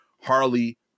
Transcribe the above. Harley